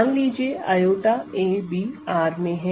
मान लीजिए i a b R में हैं